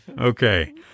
Okay